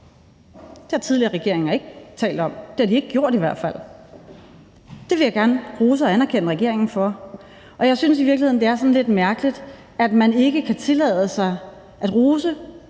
Det har tidligere regeringer ikke talt om. Det har de ikke gjort i hvert fald. Det vil jeg gerne rose og anerkende regeringen for, og jeg synes i virkeligheden, det er sådan lidt mærkeligt, at man ikke kan tillade sig at rose